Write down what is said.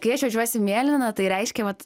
kai aš jaučiuosi mėlyna tai reiškia vat